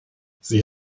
sie